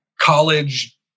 college